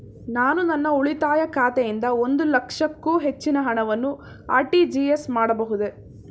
ನಾನು ನನ್ನ ಉಳಿತಾಯ ಖಾತೆಯಿಂದ ಒಂದು ಲಕ್ಷಕ್ಕೂ ಹೆಚ್ಚಿನ ಹಣವನ್ನು ಆರ್.ಟಿ.ಜಿ.ಎಸ್ ಮಾಡಬಹುದೇ?